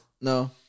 no